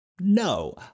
No